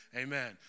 Amen